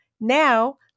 Now